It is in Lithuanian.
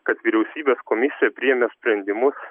kad vyriausybės komisija priėmė sprendimus